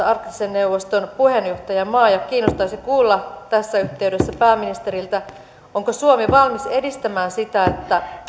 arktisen neuvoston puheenjohtajamaa ja kiinnostaisi kuulla tässä yhteydessä pääministeriltä onko suomi valmis edistämään sitä että